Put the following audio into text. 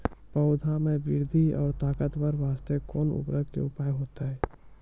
पौधा मे बृद्धि और ताकतवर बास्ते कोन उर्वरक के उपयोग होतै?